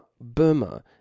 Burma